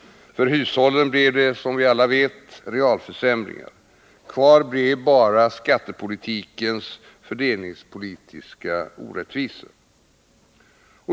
För hushållen blev det som vi alla vet realförsämringar. Kvar blev bara skattepolitikens fördelningspolitiska orättvisor.